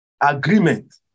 agreement